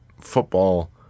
football